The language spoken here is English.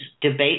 debate